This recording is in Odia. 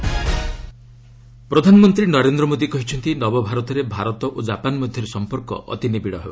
ପିଏମ୍ ଡାଏସ୍ପୋରା ପ୍ରଧାନମନ୍ତ୍ରୀ ନରେନ୍ଦ୍ର ମୋଦୀ କହିଛନ୍ତି ନବଭାରତରେ ଭାରତ ଓ ଜାପାନ୍ ମଧ୍ୟରେ ସମ୍ପର୍କ ଅତି ନିବିଡ଼ ହେବ